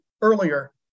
earlier